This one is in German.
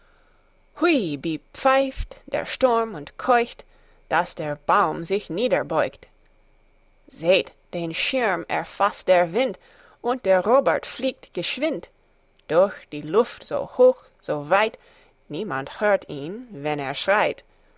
hui wie pfeift der sturm und keucht daß der baum sich niederbeugt seht den schirm erfaßt der wind und der robert fliegt geschwind durch die luft so hoch so weit niemand hört ihn wenn er schreit